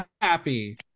happy